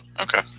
Okay